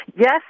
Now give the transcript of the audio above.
Yes